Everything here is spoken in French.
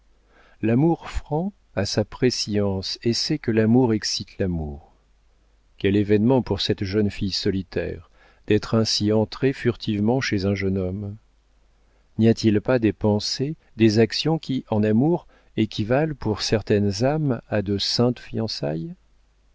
l'amour franc a sa prescience et sait que l'amour excite l'amour quel événement pour cette jeune fille solitaire d'être ainsi entrée furtivement chez un jeune homme n'y a-t-il pas des pensées des actions qui en amour équivalent pour certaines âmes à de saintes fiançailles